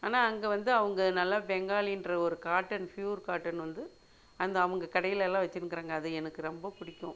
ஆனால் அங்கே வந்து அவங்க நல்லா பெங்காலிகிற ஒரு காட்டன் ப்யூர் காட்டன் வந்து அந்த அவங்க கடையிலெல்லாம் வச்சுனுக்கிறாங்க அது எனக்கு ரொம்ப பிடிக்கும்